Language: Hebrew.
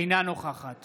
אינה נוכחת